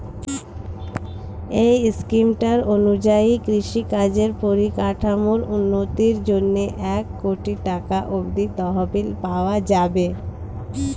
এই স্কিমটার অনুযায়ী কৃষিকাজের পরিকাঠামোর উন্নতির জন্যে এক কোটি টাকা অব্দি তহবিল পাওয়া যাবে